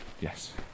Yes